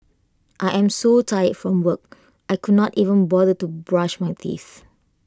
I am so tired from work I could not even bother to brush my teeth